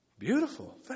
Beautiful